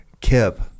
Kip